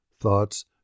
thoughts